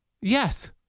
Yes